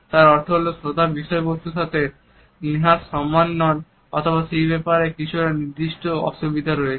তার অর্থ হলো শ্রোতা বিষয়বস্তুর সাথে নেহাৎ সম্মত নন অথবা সে ব্যাপারে কিছু নির্দিষ্ট অসুবিধা রয়েছে